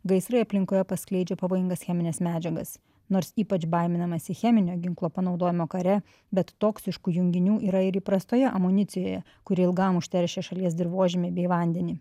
gaisrai aplinkoje paskleidžia pavojingas chemines medžiagas nors ypač baiminamasi cheminio ginklo panaudojimo kare bet toksiškų junginių yra ir įprastoje amunicijoje kuri ilgam užteršia šalies dirvožemį bei vandenį